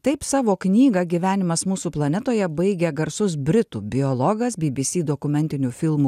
taip savo knygą gyvenimas mūsų planetoje baigė garsus britų biologas bbc dokumentinių filmų